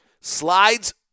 slides